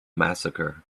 massacre